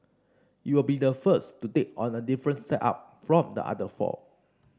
it will be the first to take on a different setup from the other four